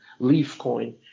Leafcoin